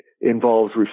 involves